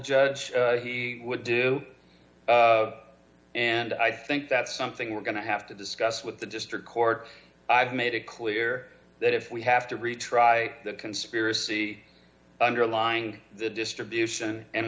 judge he would do and i think that's something we're going to have to discuss with the district court i've made it clear that if we have to retry the conspiracy underlying distribution and